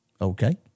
Okay